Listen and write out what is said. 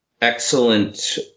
excellent